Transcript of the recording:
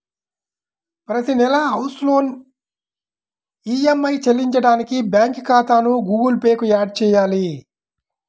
ప్రతి నెలా house loan EMI చెల్లించడానికి బ్యాంకు ఖాతాను గుగుల్ పే కు యాడ్ చేయాలి